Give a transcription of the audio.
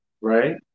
right